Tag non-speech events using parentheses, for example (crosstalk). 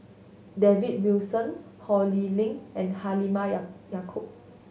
David Wilson Ho Lee Ling and Halimah (unintelligible) Yacob